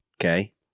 Okay